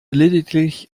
lediglich